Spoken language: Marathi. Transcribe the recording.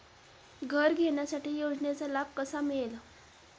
घर घेण्यासाठी योजनेचा लाभ कसा मिळेल?